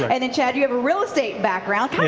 and chad, you have a real estate background.